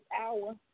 hour